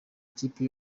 ikipe